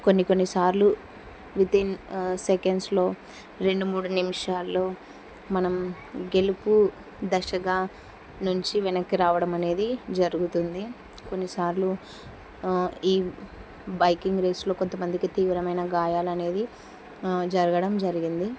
కొన్ని కొన్ని సార్లు వితిన్ సెకండ్స్లో రెండు మూడు నిమిషాల్లో మనం గెలుపు దశగా నుంచి వెనక్కి రావడం అనేది జరుగుతుంది కొన్నిసార్లు ఈ బైకింగ్ రేస్లో కొంతమందికి తీవ్రమైన గాయాలనేది జరగడం జరిగింది